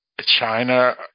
China